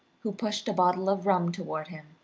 who pushed a bottle of rum toward him,